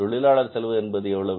தொழிலாளர் செலவு என்பது எவ்வளவு